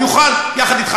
הוא יוכל יחד אתך.